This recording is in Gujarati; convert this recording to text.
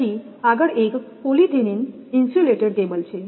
પછી આગળ એક પોલિથીન ઇન્સ્યુલેટેડ કેબલ્સ છે